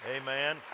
Amen